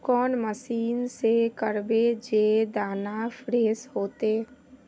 कौन मशीन से करबे जे दाना फ्रेस होते?